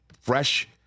fresh